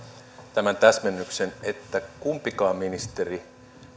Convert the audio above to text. tämän täsmennyksen että kumpikaan ministeri